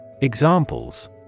Examples